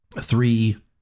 three